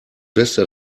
beste